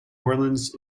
orleans